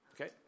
Okay